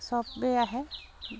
চবেই আহে